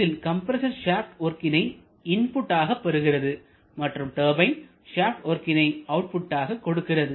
இதில் compressor shaft ஒர்க்கிணை input ஆக பெறுகிறது மற்றும் டர்பைன் ஷாப்டு ஒர்க்கிணை அவுட்புட் ஆக கொடுக்கிறது